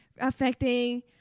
affecting